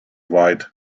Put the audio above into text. white